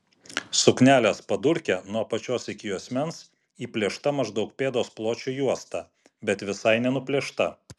suknelės padurke nuo apačios iki juosmens įplėšta maždaug pėdos pločio juosta bet visai nenuplėšta